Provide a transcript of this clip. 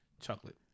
Chocolate